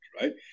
right